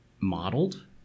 modeled